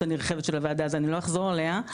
הנרחבת של הוועדה אז אני לא אחזור עליה,